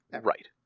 right